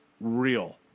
real